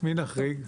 שיהיה צורך להחריג.